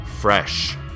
fresh